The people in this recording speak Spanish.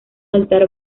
altar